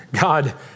God